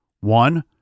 One